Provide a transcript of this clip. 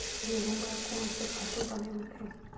गेहूं बर कोन से खातु बने होथे?